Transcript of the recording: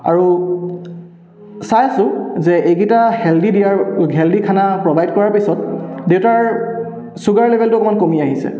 আৰু চাইছোঁ যে এইকেইটা হেল্ডি দিয়াৰ হেল্ডি খানা প্ৰভাইড কৰাৰ পিছত দেউতাৰ ছুগাৰ লেভেলটো অকণমান কমি আহিছে